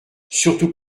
surtout